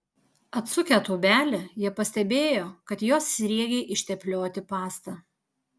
atsukę tūbelę jie pastebėjo kad jos sriegiai išteplioti pasta